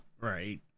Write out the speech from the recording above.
right